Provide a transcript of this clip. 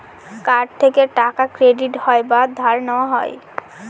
card থেকে টাকা credit হয় বা ধার নেওয়া হয়